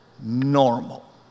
normal